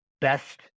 best